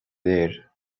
léir